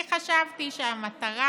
אני חשבתי שהמטרה